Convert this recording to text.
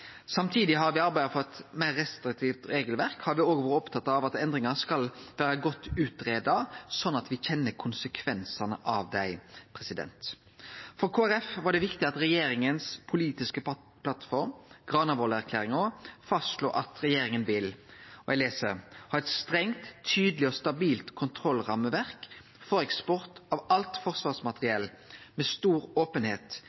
Samtidig med arbeidet for eit meir restriktivt regelverk har me òg vore opptatt av at endringane skal vere godt utgreidde, slik at me kjenner konsekvensane av dei. For Kristeleg Folkeparti var det viktig at regjeringa si politiske plattform, Granavolden-erklæringa, slår fast at regjeringa vil: «Ha eit strengt, tydeleg og stabilt kontrollrammeverk for eksport av alt